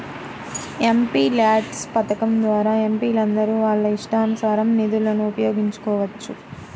MPLADS పథకం ద్వారా ఎంపీలందరూ వాళ్ళ ఇష్టానుసారం నిధులను ఉపయోగించుకోవచ్చు